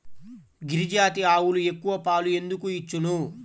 గిరిజాతి ఆవులు ఎక్కువ పాలు ఎందుకు ఇచ్చును?